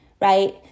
right